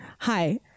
Hi